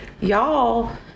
Y'all